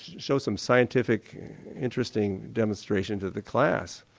show some scientific interesting demonstration to the class?